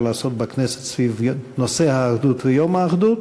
לעשות בכנסת סביב נושא האחדות ויום האחדות.